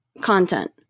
content